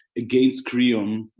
against creon,